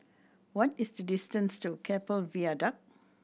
what is the distance to Keppel Viaduct